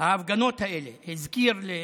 ההפגנות האלה הזכירו למישהו.